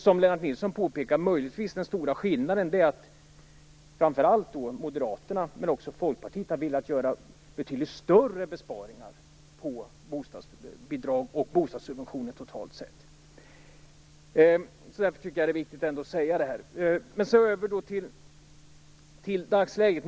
Som Lennart Nilsson påpekade är den stora skillnaden möjligtvis att framför allt Moderaterna men även Folkpartiet har velat göra betydligt större besparingar på bostadsbidrag och bostadssubventioner totalt sett. Därför är det viktigt att säga det. Nu går jag över till att tala om dagsläget.